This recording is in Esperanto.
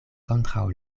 kontraŭ